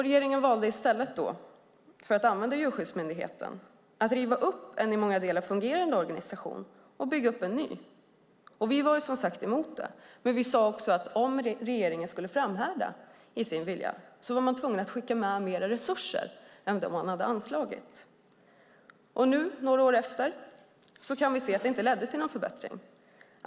Regeringen valde - i stället för att använda Djurskyddsmyndigheten - att riva upp en i många delar fungerande organisation och bygga upp en ny. Vi var som sagt emot det. Men vi sade också: Om regeringen skulle framhärda i sin vilja så var man tvungen att skicka med mer resurser än man hade anslagit. Nu, några år efteråt, kan vi se att det inte blev någon förbättring.